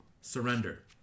surrender